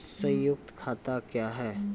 संयुक्त खाता क्या हैं?